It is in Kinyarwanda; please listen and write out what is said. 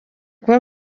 kuba